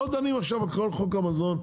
לא דנים עכשיו על כל חוק המזון בכללותו.